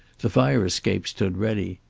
the fire-escape stood ready.